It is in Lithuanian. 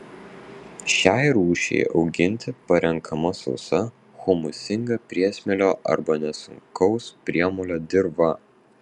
šiai rūšiai auginti parenkama sausa humusingą priesmėlio arba nesunkaus priemolio dirva